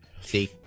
see